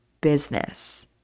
business